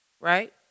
right